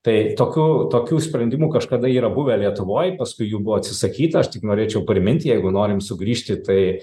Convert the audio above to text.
tai tokių tokių sprendimų kažkada yra buvę lietuvoj paskui jų buvo atsisakyta aš tik norėčiau primint jeigu norim sugrįžti tai